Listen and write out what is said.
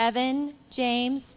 evan james